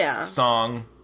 song